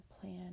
plan